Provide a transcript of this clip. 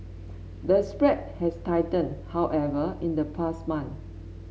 the spread has tightened however in the past month